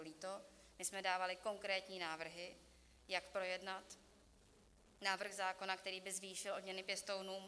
My jsme dávali konkrétní návrhy, jak projednat návrh zákona, který by zvýšil odměny pěstounům.